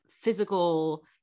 physical